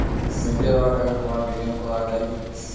Mature হওয়া টাকা পুনরায় বিনিয়োগ করা য়ায় কি?